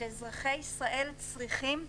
שאזרחי ישראל צריכים,